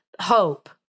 hope